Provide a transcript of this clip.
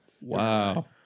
Wow